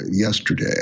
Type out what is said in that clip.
yesterday